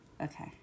Okay